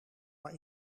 maar